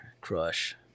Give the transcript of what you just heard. crush